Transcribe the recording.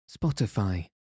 Spotify